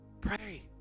Pray